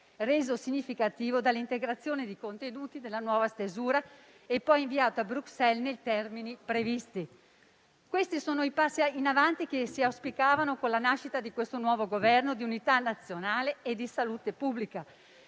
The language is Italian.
reso significativo dall'integrazione di contenuti della nuova stesura e poi inviato a Bruxelles nei termini previsti. Ecco i passi in avanti che si auspicavano con la nascita di questo nuovo Governo di unità nazionale e di salute pubblica,